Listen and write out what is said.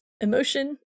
emotion